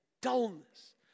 dullness